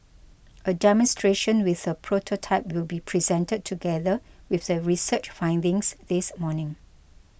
a demonstration with a prototype will be presented together with the research findings this morning